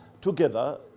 together